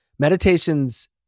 Meditations